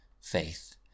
faith